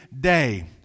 day